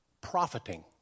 profiting